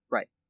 Right